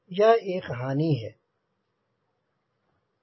यह एक हानि है